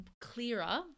clearer